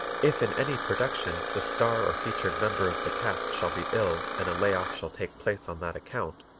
if in any production the star or featured member of the cast shall be ill and a lay off shall take place on that account,